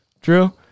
Drew